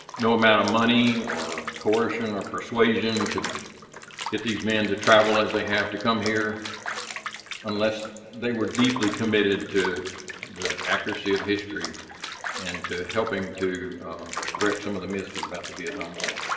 no amount of money or coercion or persuasion could get these men to travel as they have to come here unless they were deeply committed to the accuracy of history and to helping to correct some of the myths and about the vietnam war.